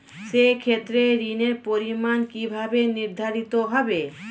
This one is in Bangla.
সে ক্ষেত্রে ঋণের পরিমাণ কিভাবে নির্ধারিত হবে?